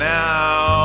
now